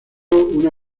una